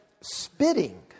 spitting